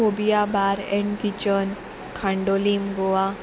cobia bar and kitchen Candolim Goa